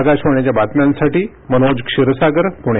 आकाशवाणी बातम्यांसाठी मनोज क्षीरसागर पूणे